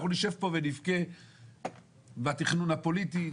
אנחנו נשב פה ונבכה בתכנון הפוליטי,